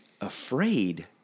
afraid